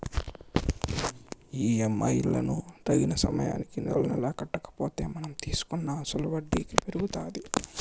EMI లను తగిన సమయానికి నెలనెలా కట్టకపోతే మనం తీసుకున్న అసలుకి వడ్డీ పెరుగుతాది